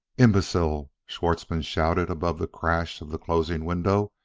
imbecile! schwartzmann shouted above the crash of the closing window.